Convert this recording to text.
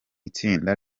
itsinda